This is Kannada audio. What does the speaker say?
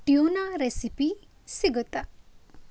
ಟ್ಯೂನಾ ರೆಸಿಪಿ ಸಿಗುತ್ತಾ